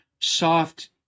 soft